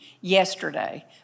yesterday